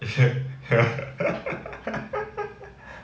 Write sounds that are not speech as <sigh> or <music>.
ya <laughs>